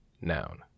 Noun